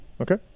Okay